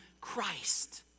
Christ